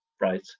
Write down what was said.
right